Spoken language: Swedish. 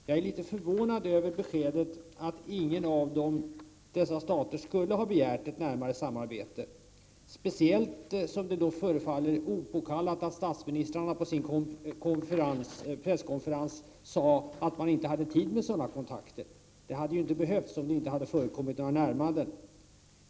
Jag är litet förvånad över beskedet att ingen av dessa stater skulle ha begärt ett närmare samarbete, speciellt som det då förefaller opåkallat att statsministrarna på sin presskonferens sade att man inte hade tid med sådana kontakter. Det hade man ju inte behövt säga om det inte hade kommit några närmanden.